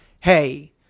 hey